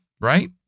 right